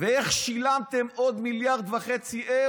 ואיך שילמתם עוד 1.5 מיליארד אירו?